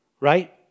right